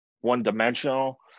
one-dimensional